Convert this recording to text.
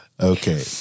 Okay